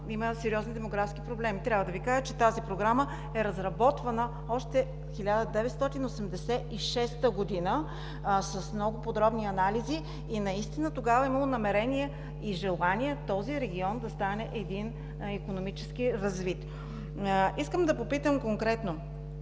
има сериозни демографски проблеми. Трябва да Ви кажа, че тази програма е разработвана още през 1986 г., с много подробни анализи. Наистина тогава е имало намерение и желание този регион да стане икономически развит. Искам да попитам конкретно